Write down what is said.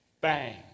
bang